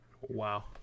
Wow